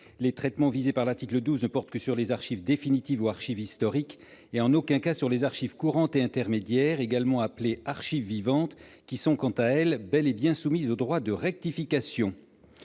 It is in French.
les traitements visés par la suite, le 12 ne porte que sur les archives définitives archives historiques et en aucun cas sur les archives courantes et intermédiaires, également appelé archi-vivante qui sont, quant à elle bel et bien soumis au droit de rectification,